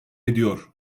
ediyor